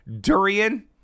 durian